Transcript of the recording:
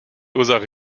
ursache